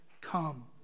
come